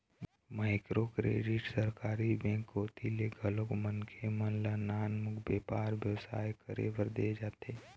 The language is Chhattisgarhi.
माइक्रो क्रेडिट सरकारी बेंक कोती ले घलोक मनखे मन ल नानमुन बेपार बेवसाय करे बर देय जाथे